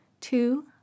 two